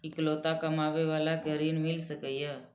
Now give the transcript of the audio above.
इकलोता कमाबे बाला के ऋण मिल सके ये?